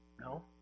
No